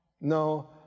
No